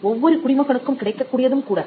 ஒவ்வொரு குடிமகனுக்கும் கிடைக்கக் கூடியதும் கூட